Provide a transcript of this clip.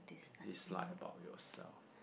dislike about yourself